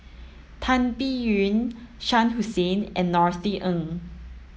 Tan Biyun Shah Hussain and Norothy Ng